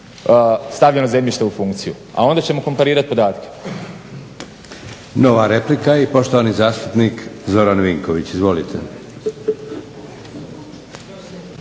stavljeno zemljište u funkciju, a onda ćemo komparirat podatke. **Leko, Josip (SDP)** Nova replika i poštovani zastupnik Zoran Vinković. Izvolite.